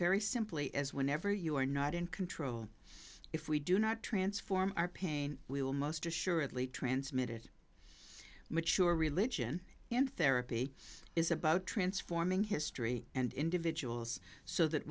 very simply as whenever you are not in control if we do not transform our pain we will most assuredly transmit it mature religion and therapy is about transforming history and individuals so that